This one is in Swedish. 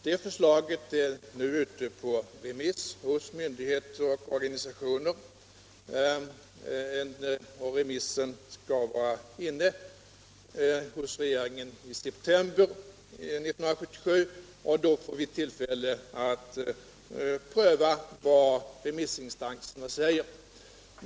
Det förslaget är nu ute på remiss hos myndigheter och organisationer. Remissen skall vara inne hos regeringen i september 1977 och vi får då tillfälle att pröva det remissinstanserna har sagt.